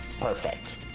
Perfect